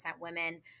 women